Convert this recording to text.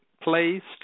placed